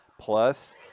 plus